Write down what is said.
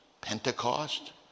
Pentecost